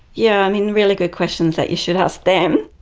yeah, i mean really good questions that you should ask them.